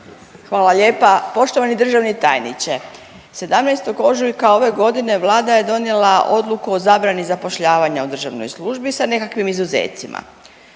Hvala lijepa. Poštovani državni tajniče, 17. ožujka ove godine Vlada je donijela odluku o zabrani zapošljavanja u državnoj službi sa nekakvim izuzecima,